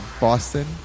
Boston